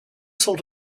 sort